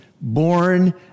born